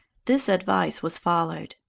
this advice was followed.